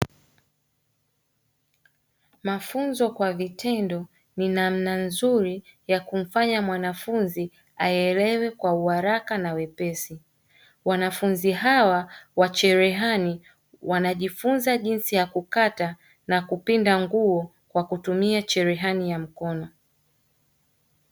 Mafunzo kwa vitendo ni namna nzuri ya kumfanya mwanafunzi aelewe kwa uharaka na uwepesi. Wanafunzi hawa wa cherehani wanajifunza jinsi ya kukata na kupinda nguo kwa kutumia cherehani ya mkono.